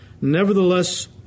Nevertheless